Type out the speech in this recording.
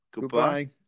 Goodbye